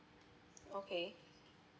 okay